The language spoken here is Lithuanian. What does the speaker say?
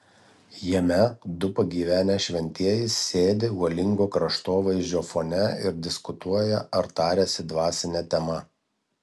jame du pagyvenę šventieji sėdi uolingo kraštovaizdžio fone ir diskutuoja ar tariasi dvasine tema